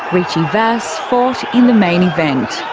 richie vas fought in the main event.